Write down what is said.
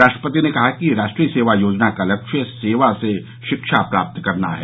राष्ट्रपति ने कहा कि राष्ट्रीय सेवा योजना का लक्ष्य सेवा से शिक्षा प्रदान करना है